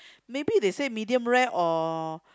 maybe they say medium rare or